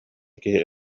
киһи